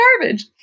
garbage